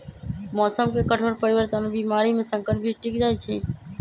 मौसम के कठोर परिवर्तन और बीमारी में संकर बीज टिक जाई छई